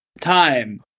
time